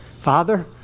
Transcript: Father